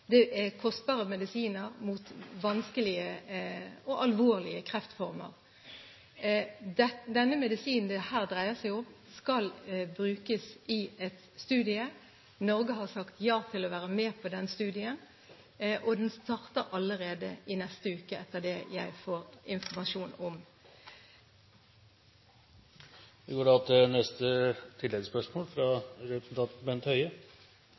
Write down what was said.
er kostbare medisiner mot vanskelige og alvorlige kreftformer. Medisinen det her dreier seg om, skal brukes i en studie. Norge har sagt ja til å være med på den studien, og etter det jeg har fått informasjon om, starter den allerede i neste uke.